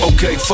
Okay